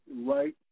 right